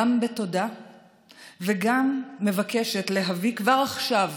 גם בתודה וגם מבקשת להביא כבר עכשיו